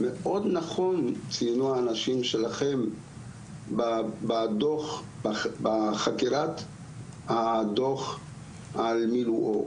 מאוד נכון ציינו האנשים שלכם בדוח בחקירת הדוח על מילואו